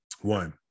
One